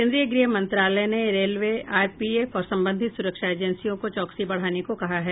केन्द्रीय गृह मंत्रालय ने रेलवे आरपीएफ और संबंधित सुरक्षा एजेंसियों को चौकसी बढ़ाने को कहा है